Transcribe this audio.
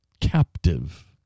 captive